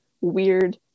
weird